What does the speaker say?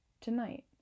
tonight